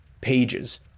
pages